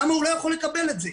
למה הוא לא יכול לקבל את זה?